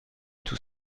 tout